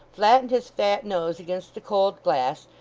flattened his fat nose against the cold glass,